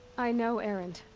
i know erend.